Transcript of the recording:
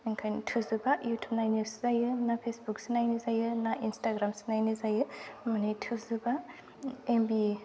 ओंखायनो थोजोबा युटुब नायनोसो जायो ना फेसबुकसो नायनो जायो ना इन्सटाग्रामसो नायनो जायो माने थोजोबा एम बि